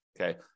Okay